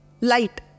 light